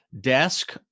desk